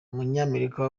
umunyamerika